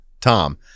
Tom